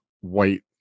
white